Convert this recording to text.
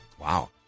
Wow